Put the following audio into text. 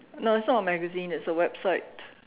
no it's not a magazine it's a website